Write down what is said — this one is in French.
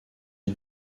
est